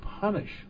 punish